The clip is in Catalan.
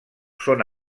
són